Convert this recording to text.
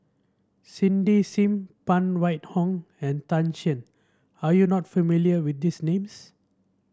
Cindy Sim Phan Wait Hong and Tan Shen are you not familiar with these names